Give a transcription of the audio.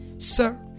Sir